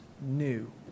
new